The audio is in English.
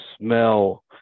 smell